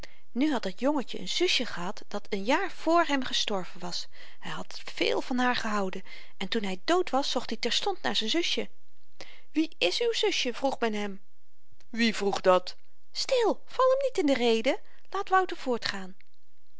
nu had dat jongetjen n zusje gehad dat een jaar vr hem gestorven was hy had veel van haar gehouden en toen hy dood was zocht i terstond naar z'n zusje wie is uw zusje vroeg men hem wie vroeg dat stil val m niet in de rede laat wouter voortgaan